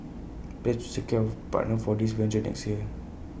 secure A partner for this venture next year